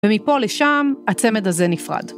ומפה לשם הצמד הזה נפרד.